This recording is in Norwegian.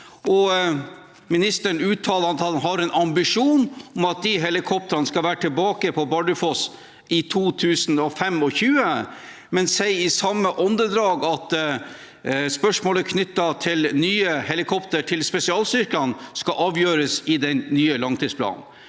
Ministeren uttalte at han har en ambisjon om at de helikoptrene skal være tilbake på Bardufoss i 2025, men sier i samme åndedrag at spørsmålet om nye helikoptre til spesialstyrkene skal avgjøres i den nye langtidsplanen.